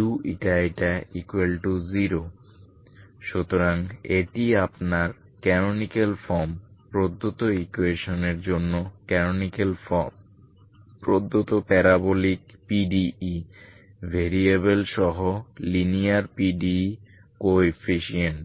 uηη0 সুতরাং এটি আপনার ক্যানোনিকাল ফর্ম প্রদত্ত ইকুয়েশন এর জন্য ক্যানোনিকাল ফর্ম প্রদত্ত প্যারাবোলিক PDE ভেরিয়েবল সহ লিনিয়ার PDE কোএফিসিয়েন্ট